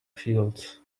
fields